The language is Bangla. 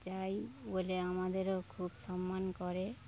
যাই বলে আমাদেরও খুব সম্মান করে